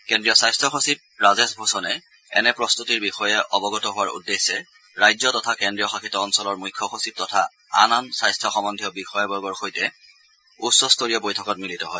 কেন্দ্ৰীয় স্বাস্থ্য সচিব ৰাজেশ ভুষণে এনে প্ৰস্তুতিৰ বিষয়ে অৱগত হোৱাৰ উদ্দেশ্যে ৰাজ্য তথা কেন্দ্ৰীয় শাসিত অঞ্চলৰ মুখ্য সচিব তথা আন আন স্বাস্থ্য সম্বন্ধীয় বিষয়াবৰ্গৰ সৈতে উচ্চস্তৰীয় বৈঠকত মিলিত হয়